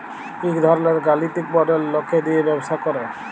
ইক ধরলের গালিতিক মডেল লকে দিয়ে ব্যবসা করে